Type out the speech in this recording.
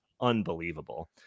unbelievable